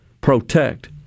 protect